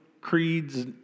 creeds